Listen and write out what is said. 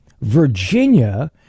Virginia